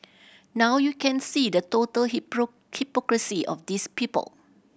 now you can see the total hypocrisy of these people